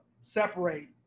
separate